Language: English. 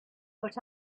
but